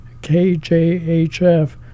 KJHF